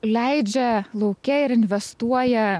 leidžia lauke ir investuoja